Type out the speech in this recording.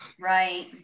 Right